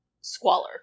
Squalor